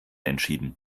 entschieden